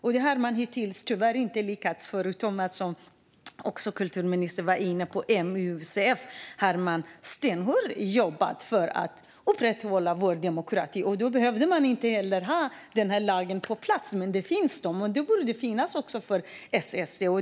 Hittills har man tyvärr inte lyckats - förutom MUCF, där de som kulturministern var inne på har jobbat stenhårt för att upprätthålla vår demokrati. De behövde inte ha den här lagen på plats. Men nu finns den, och den borde finnas också för SST.